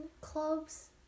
clubs